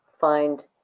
find